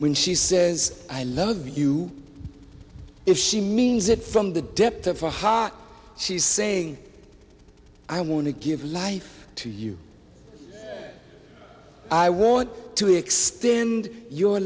when she says i love you if she means it from the depth of a hot she's saying i want to give life to you i want to extend your